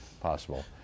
possible